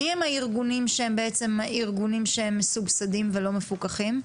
מי הם הארגונים המסובסדים ולא מפוקחים?